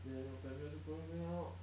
then family also going out